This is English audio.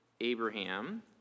Abraham